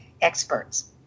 experts